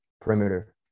perimeter